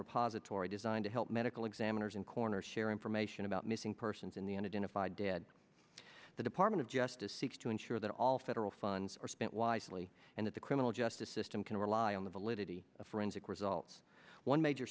repository designed to help medical examiners and corner share information about missing persons in the unit and if i did the department of justice seeks to ensure that all federal funds are spent wisely and that the criminal justice system can rely on the validity of forensic results one major